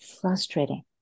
frustrating